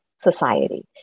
society